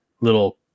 little